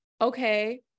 Okay